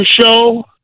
show